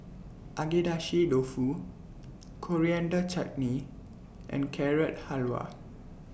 Agedashi Dofu Coriander Chutney and Carrot Halwa